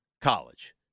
college